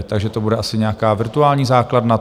Takže to bude asi nějaká virtuální základna?